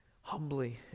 humbly